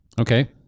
Okay